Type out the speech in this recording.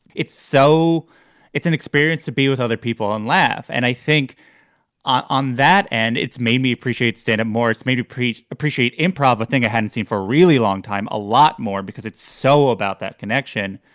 it's so it's an experience to be with other people and laugh. and i think on on that and it's made me appreciate standup more. it's me to preach, appreciate improper thing i hadn't seen for a really long time. a lot more because it's so about that connection.